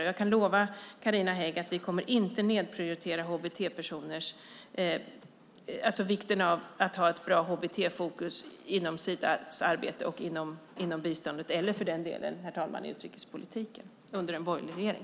Och jag kan lova Carina Hägg att vi inte kommer att nedprioritera vikten av att ha ett bra hbt-fokus inom Sidas arbete och inom biståndet eller för den delen, herr talman, i utrikespolitiken under en borgerlig regering.